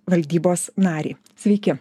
valdybos narį sveiki